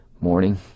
morning